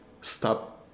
stop